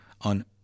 on